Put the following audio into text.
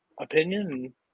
opinion